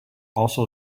also